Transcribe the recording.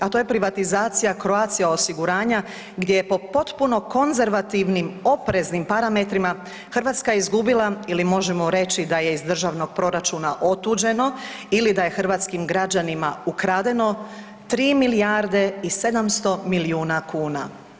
A to je privatizacija Croatia osiguranja gdje je po potpuno konzervativnim, opreznim parametrima Hrvatska izgubila ili možemo reći da je iz državnog proračuna otuđeno ili da je hrvatskim građanima ukradeno 3 milijarde i 700 milijuna kuna.